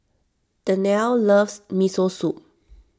Danyelle loves Miso Soup